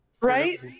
Right